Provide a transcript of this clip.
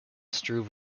struve